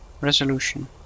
Resolution